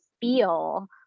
feel